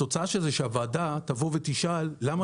התוצאה של זה היא שהוועדה תבוא ותשאל למה